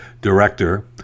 director